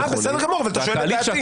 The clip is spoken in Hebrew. בסדר גמור, אבל אתה שואל את דעתי.